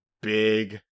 big